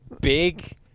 big